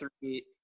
three